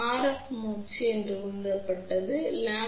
F மூச்சு எவ்வாறு உணரப்பட்டது என்பதைப் பார்ப்போம்